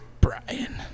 Brian